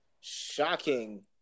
shocking